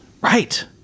Right